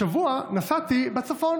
השבוע נסעתי בצפון